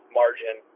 margin